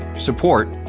support,